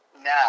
now